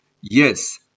Yes